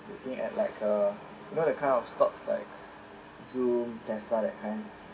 the thing at like uh you know that kind of stocks like like zoom Tesla that kind